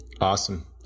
Awesome